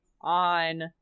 on